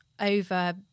over